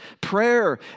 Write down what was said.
Prayer